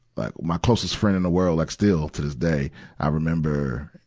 but my closest friend in the world like still, to this day i remember,